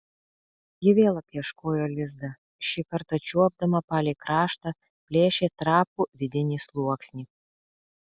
ji vėl apieškojo lizdą šį kartą čiuopdama palei kraštą plėšė trapų vidinį sluoksnį